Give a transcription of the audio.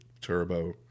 Turbo